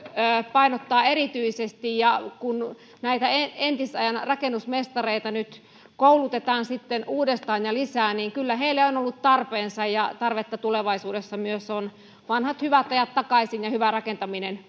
painottaa erityisesti ja kun näitä entisajan rakennusmestareita nyt koulutetaan sitten uudestaan ja lisää niin kyllä heille on ollut tarpeensa ja tarvetta on myös tulevaisuudessa vanhat hyvät ajat takaisin ja hyvä rakentaminen